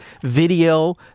video